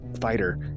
fighter